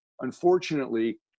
unfortunately